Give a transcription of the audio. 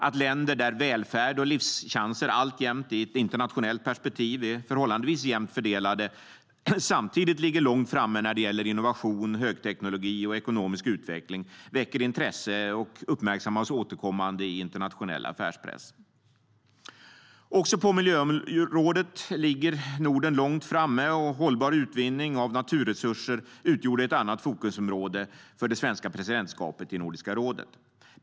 Att länder där välfärd och livschanser alltjämt, i ett internationellt perspektiv, är förhållandevis jämnt fördelade samtidigt ligger långt framme när det gäller innovation, högteknologi och ekonomisk utveckling väcker intresse och uppmärksammas återkommande i internationell affärspress. Också på miljöområdet ligger Norden långt framme. Hållbar utvinning av naturresurser utgjorde ett annat fokusområde för det svenska presidentskapet i Nordiska rådet.